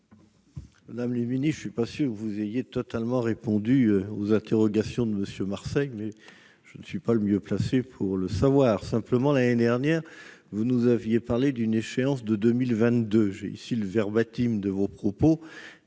Madame la ministre, je ne suis pas certain que vous ayez totalement répondu aux interrogations de M. Marseille, mais je ne suis pas le mieux placé pour le savoir. Simplement, l'année dernière, vous aviez évoqué une échéance en 2022 ; j'ai le compte rendu de nos